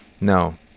no